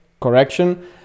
Correction